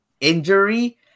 injury